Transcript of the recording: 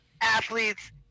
athletes